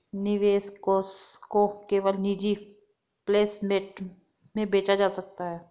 निवेश कोष को केवल निजी प्लेसमेंट में बेचा जा सकता है